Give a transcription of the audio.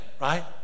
right